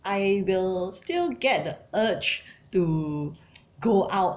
I will still get the urge to go out